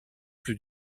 plus